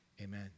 Amen